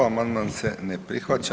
Amandman se ne prihvaća.